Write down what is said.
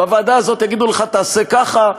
בוועדה הזאת יגידו לך: תעשה ככה,